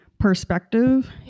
perspective